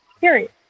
Period